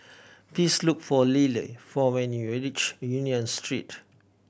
please look for Liller for when you reach Union Street